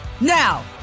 Now